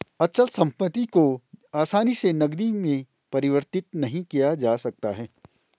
अचल संपत्ति को आसानी से नगदी में परिवर्तित नहीं किया जा सकता है